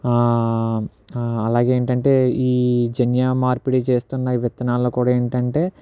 అలాగే ఏంటేంటే ఈ జన్యు మార్పిడి చేస్తున్న ఈ విత్తనాలు కూడా ఏంటంటే